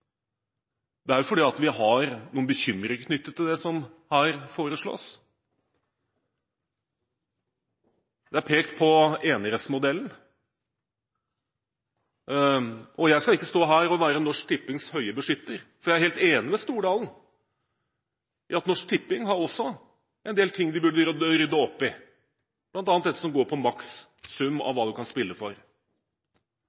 Det er fordi vi har noen bekymringer knyttet til det som her foreslås. Det er pekt på enerettsmodellen. Jeg skal ikke stå her og være Norsk Tippings høye beskytter. Jeg er helt enig med Stordalen i at Norsk Tipping har også en del ting de burde rydde opp i, bl.a. det som handler om maks sum av